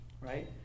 right